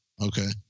Okay